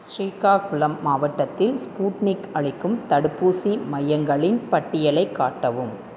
ஸ்ரீகாகுளம் மாவட்டத்தில் ஸ்பூட்னிக் அளிக்கும் தடுப்பூசி மையங்களின் பட்டியலை காட்டவும்